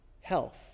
health